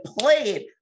played